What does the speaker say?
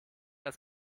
als